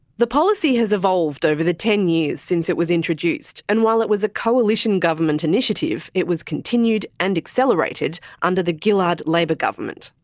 the policy has evolved over the ten years since it was introduced, and while it was a coalition government initiative, it was continued and accelerated under the gillard labor government.